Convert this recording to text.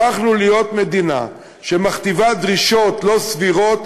הפכנו להיות מדינה שמכתיבה דרישות לא סבירות,